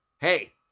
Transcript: hey